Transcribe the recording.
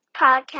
podcast